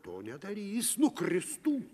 to nedarys nukristų